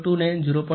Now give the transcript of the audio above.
5 ला गुणले तर 0